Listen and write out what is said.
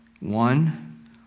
One